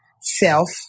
self